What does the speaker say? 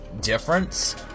difference